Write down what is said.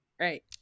right